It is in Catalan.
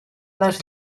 les